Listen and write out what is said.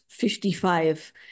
55